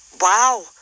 wow